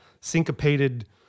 syncopated